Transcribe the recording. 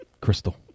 crystal